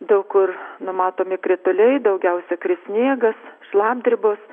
daug kur numatomi krituliai daugiausia kris sniegas šlapdribos